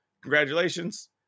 congratulations